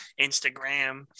Instagram